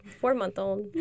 four-month-old